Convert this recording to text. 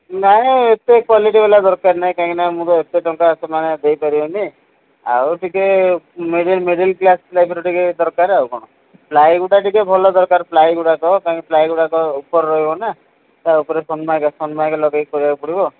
ନାଇଁ ଏତେ କ୍ୱାଲିଟି ବାଲା ଦରକାର ନାହିଁ କାହିଁକିନା ମୁଁ ତ ଏତେ ଟଙ୍କା ସେମାନେ ଦେଇପାରିବେନି ଆଉ ଟିକେ ମିଡ଼ିଲ୍ କ୍ଲାସ୍ ଟାଇଫ୍ର ଟିକେ ଦରକାର ଆଉ କ'ଣ ପ୍ଲାଏ ଗୁଡ଼ା ଟିକେ ଭଲ ଦରକାର ପ୍ଲାଏ ଗୁଡ଼ାକ କାହିଁକି ପ୍ଲାଏ ଗୁଡ଼ାକ ଉପରେ ରହିବ ନା ତା' ଉପରେ ସୋ ମ ସୋ ମକେ ଲଗେଇକି କରିବାକୁ ପଡ଼ିବ